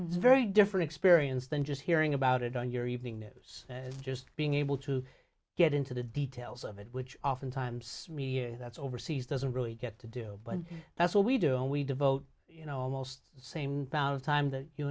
very different experience than just hearing about it on your evening news and just being able to get into the details of it which often times media that's overseas doesn't really get to do and that's what we do and we devote you know almost the same amount of time that you